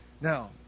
now